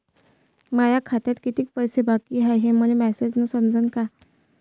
माया खात्यात कितीक पैसे बाकी हाय हे मले मॅसेजन समजनं का?